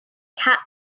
cat